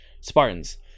Spartans